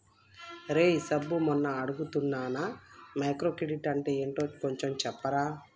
రేయ్ సబ్బు మొన్న అడుగుతున్నానా మైక్రో క్రెడిట్ అంటే ఏంటో కొంచెం చెప్పరా